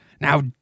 now